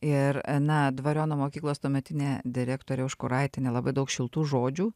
ir na dvariono mokyklos tuometinė direktorė užkuraitienė labai daug šiltų žodžių